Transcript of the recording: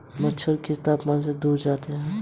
मच्छर किस तापमान से दूर जाते हैं?